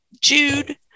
Jude